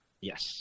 Yes